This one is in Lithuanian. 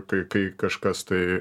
kai kai kažkas tai